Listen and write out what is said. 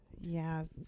Yes